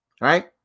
right